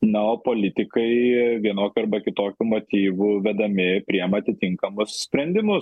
na o politikai vienokių arba kitokių motyvų vedami priima atitinkamus sprendimus